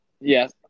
Yes